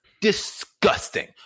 disgusting